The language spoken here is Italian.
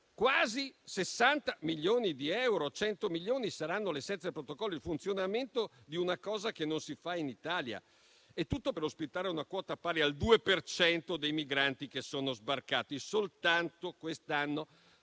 quasi 60 milioni di euro, 100 milioni saranno per il Protocollo, il funzionamento di una cosa che non si fa in Italia. Il tutto per ospitare una quota pari al 2 per cento dei migranti che sono sbarcati soltanto quest'anno,